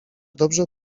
dobrze